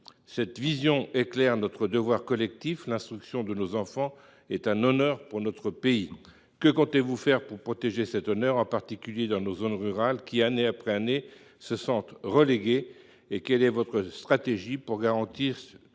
Cette vision éclaire notre devoir collectif : l’instruction de nos enfants est un honneur pour notre pays. Que comptez vous faire pour protéger cet honneur, en particulier dans nos zones rurales qui, année après année, se sentent reléguées ? Quelle est votre stratégie pour garantir